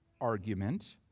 argument